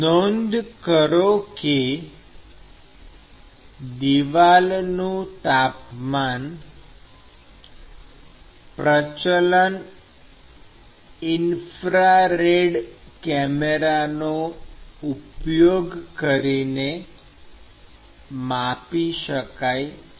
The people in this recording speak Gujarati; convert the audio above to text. નોંધ કરો કે દિવાલનું તાપમાન પ્રચલન ઇન્ફ્રારેડ કેમેરાનો ઉપયોગ કરીને માપી શકાય છે